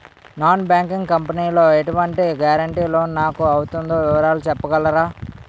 Non banking company లో ఎటువంటి guarantee loan నాకు అవుతుందో వివరాలు చెప్పగలరా?